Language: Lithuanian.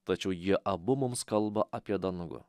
tačiau jie abu mums kalba apie dangų